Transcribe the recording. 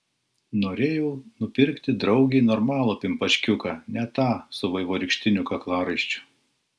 norėjau nupirkti draugei normalų pimpačkiuką ne tą su vaivorykštiniu kaklaraiščiu